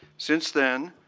since then,